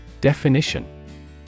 Definition